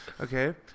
okay